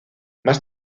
más